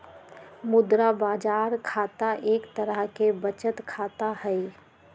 मुद्रा बाजार खाता एक तरह के बचत खाता हई